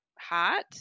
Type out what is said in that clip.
hot